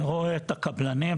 אני רואה את הקבלנים,